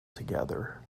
together